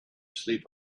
sleep